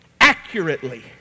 accurately